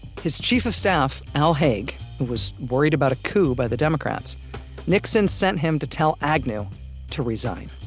his chief of staff al haig who was worried about a coup by the democrats nixon sent him to tell agnew to resign.